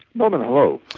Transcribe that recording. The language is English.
norman, hello.